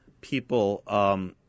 people—